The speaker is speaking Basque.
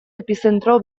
epizentro